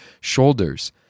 shoulders